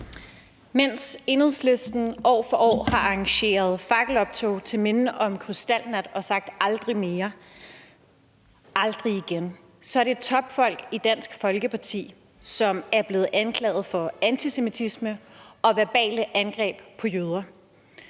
Mens Enhedslisten år efter år har arrangeret fakkeloptog til minde om krystalnatten og sagt »aldrig mere, aldrig igen«, så er det topfolk i Dansk Folkeparti, som er blevet anklaget for antisemitisme og verbale angreb på jøder.